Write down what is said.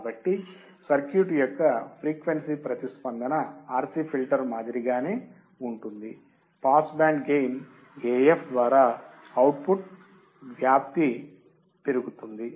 కాబట్టి సర్క్యూట్ యొక్క ఫ్రీక్వెన్సీ ప్రతిస్పందన RC ఫిల్టర్ మాదిరి గానే ఉంటుంది పాస్ బ్యాండ్ గెయిన్ AF ద్వారా అవుట్పుట్ యొక్క వ్యాప్తి పెరుగుతుంది